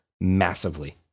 massively